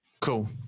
cool